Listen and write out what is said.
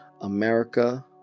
America